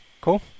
cool